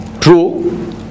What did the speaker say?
true